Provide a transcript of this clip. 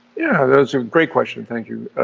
yeah that's a great question, thank you.